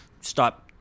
stop